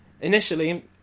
Initially